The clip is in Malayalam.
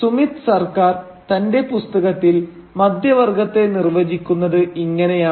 സുമിത്ത് സർക്കാർ തന്റെ പുസ്തകത്തിൽ മധ്യവർഗ്ഗത്തെ നിർവചിക്കുന്നത് ഇങ്ങനെയാണ്